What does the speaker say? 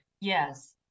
yes